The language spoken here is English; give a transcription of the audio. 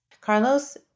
Carlos